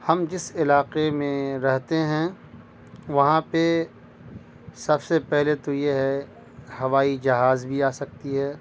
ہم جس علاقے میں رہتے ہیں وہاں پہ سب سے پہلے تو یہ ہے ہوائی جہاز بھی آ سکتی ہے